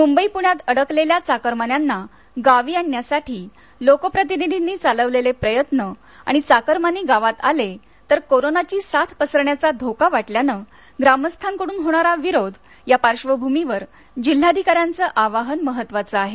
मुंबई पुण्यात अडकलेल्या चाकरमान्यांना गावी आणण्यासाठी लोकप्रतिनिधीनी चालविलेले प्रयत्न आणि चाकरमानी गावात आले तर करोनाची साथ पसरण्याचा धोका वाटल्यान ग्रामस्थांकडून होणारा विरोध या पार्शभूमीवर जिल्हाधिकाऱ्यांचं आवाहन महत्त्वाचं आहे